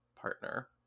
partner